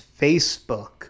Facebook